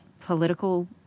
political